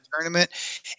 tournament